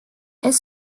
est